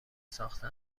ساخته